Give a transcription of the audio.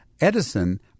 Edison